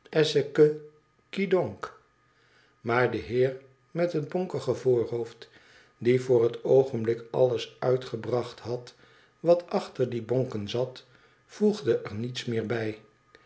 quoidonc maar de heer met het bonkige voorhoofd die voor het oogenblik alles uitgebracht had wat achter die bonken zat voegde er niets meer bij